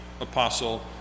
apostle